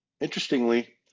interestingly